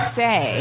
say